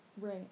right